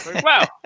Wow